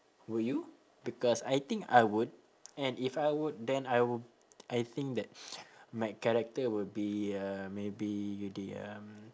will you because I think I would and if I would then I would I think that my character will be um maybe